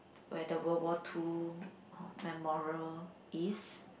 where the World War Two memorial is